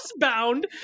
housebound